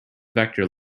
vector